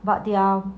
but they are